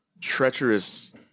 treacherous